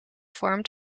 formed